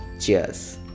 Cheers